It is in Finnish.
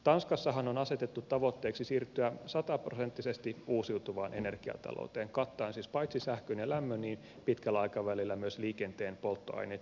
tanskassahan on asetettu tavoitteeksi siirtyä sataprosenttisesti uusiutuvaan energiatalouteen kattaen siis paitsi sähkön ja lämmön myös liikenteen polttoaineet pitkällä aikavälillä